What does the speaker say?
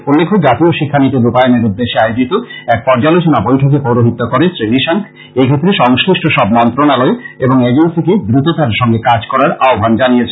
উল্লেখ্য জাতীয় শিক্ষানীতির রূপায়ণের উদ্দেশ্যে আয়োজিত এক পর্যালোচনা বৈঠকে পৌরহিত্য করে শ্রী নিশাঙ্ক এক্ষেত্রে সংশ্লিষ্ট সব মন্ত্রণালয় এবং এজেন্সিকে দ্রুততার সঙ্গে কাজ করার আহ্বান জানিয়েছেন